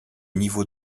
niveau